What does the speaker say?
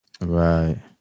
Right